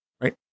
Right